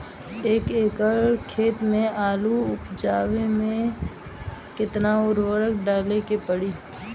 एक एकड़ खेत मे आलू उपजावे मे केतना उर्वरक डाले के पड़ी?